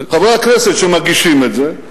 חברי הכנסת שמגישים את זה,